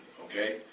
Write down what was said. okay